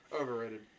Overrated